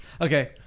Okay